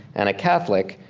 and a catholic.